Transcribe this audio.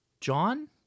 John